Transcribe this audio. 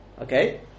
okay